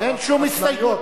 אין שום הסתייגויות.